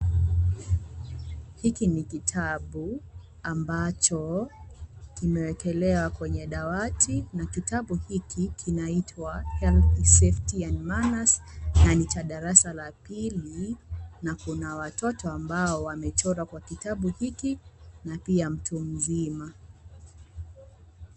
Hiki ni kitabu ambacho kimewekelewa kwenye dawati na kitabu hiki kinaitwa (cs) Health , Safety and Manners (cs) na ni cha darasa la pili na kuna watoto ambao wamechorwa kwa kitabu hiki na pia mtu mzima.